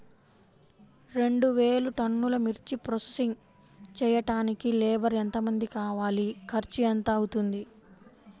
రెండు వేలు టన్నుల మిర్చి ప్రోసెసింగ్ చేయడానికి లేబర్ ఎంతమంది కావాలి, ఖర్చు ఎంత అవుతుంది?